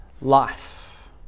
life